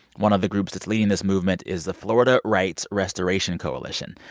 one of the groups that's leading this movement is the florida rights restoration coalition.